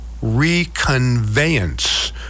reconveyance